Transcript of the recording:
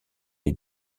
est